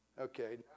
Okay